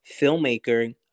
filmmaker